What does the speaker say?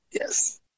Yes